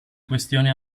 questioni